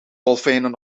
dolfijnen